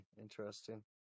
interesting